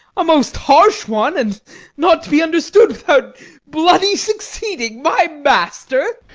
a most harsh one, and not to be understood without bloody succeeding. my master!